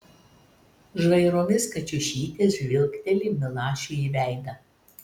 žvairomis kačiušytė žvilgteli milašiui į veidą